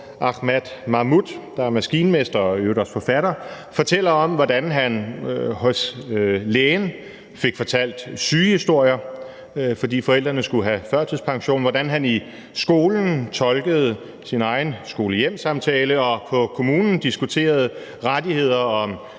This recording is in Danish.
Ahmad Mahmoud, der er maskinmester og i øvrigt også forfatter, fortæller om, hvordan han hos lægen fortalte sygehistorier, fordi forældrene skulle have førtidspension, hvordan han i skolen tolkede sin egen skole-hjem-samtale og på kommunen diskuterede rettigheder,